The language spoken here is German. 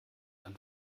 ein